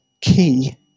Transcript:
key